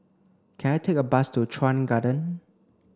can I take a bus to Chuan Garden